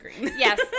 yes